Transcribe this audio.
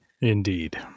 Indeed